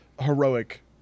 heroic